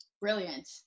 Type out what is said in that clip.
Brilliant